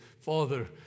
Father